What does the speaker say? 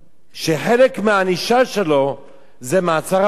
שחלק מהענישה שלו זה מעצר הבית.